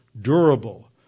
durable